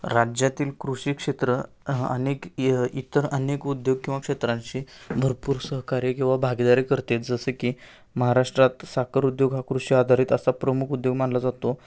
राज्यातील कृषी क्षेत्र अनेक इतर अनेक उद्योग किंवा क्षेत्रांशी भरपूर सहकार्य किंवा भागीदारी करते जसे की महाराष्ट्रात साखर उद्योग हा कृषी आधारित असा प्रमुख उद्योग मानला जातो